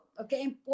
okay